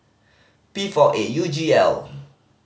P four eight U G L